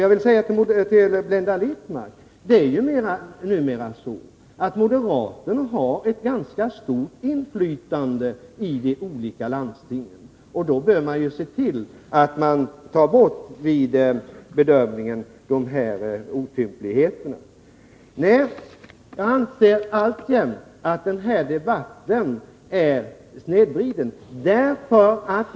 Jag vill säga till Blenda Littmarck att det numera är så att moderaterna har ett ganska stort inflytande i de olika landstingen, och då bör de vid bedömningen se till att man tar bort de här otympligheterna. Jag anser alltjämt att den här debatten är snedvriden.